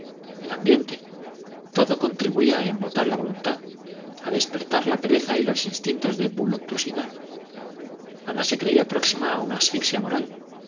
el ambiente todo contribuía a embotar la voluntad a despertar la pereza y los instintos de voluptuosidad ana se creía próxima a una asfixia moral